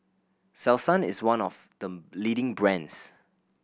selsun is one of the leading brands